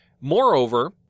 Moreover